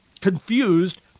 confused